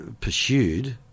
pursued